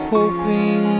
Hoping